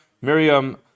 Miriam